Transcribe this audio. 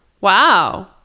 wow